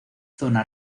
zona